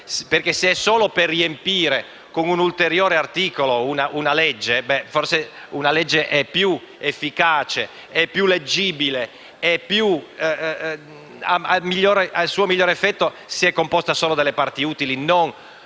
Se è solo per riempire con un ulteriore articolo una legge, forse una legge è più efficace, è più leggibile e produce migliori effetti se è composta solo dalle parti utili, non